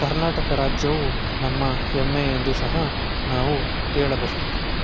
ಕರ್ನಾಟಕ ರಾಜ್ಯವು ನಮ್ಮ ಹೆಮ್ಮೆ ಎಂದು ಸಹ ನಾವು ಹೇಳಬಹುದು